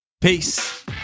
Peace